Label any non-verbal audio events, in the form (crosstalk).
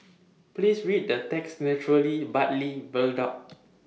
Please Read The texture (unintelligible) truly Bartley Viaduct